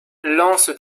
lancent